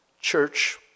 church